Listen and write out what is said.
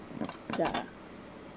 ya